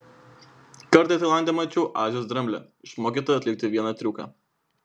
kartą tailande mačiau azijos dramblę išmokytą atlikti vieną triuką